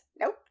Nope